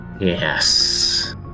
Yes